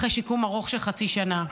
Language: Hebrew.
אחרי שיקום ארוך של חצי שנה.